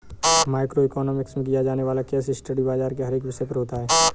micro economics में किया जाने वाला केस स्टडी बाजार के हर एक विषय पर होता है